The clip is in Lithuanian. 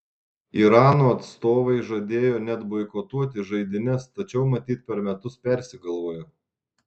irano atstovai žadėjo net boikotuoti žaidynes tačiau matyt per metus persigalvojo